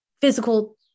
physical